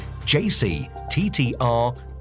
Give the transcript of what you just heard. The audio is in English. JCTTR